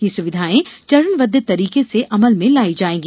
ये सुविधायें चरणबद्व तरीके से अमल में लाई जायेंगी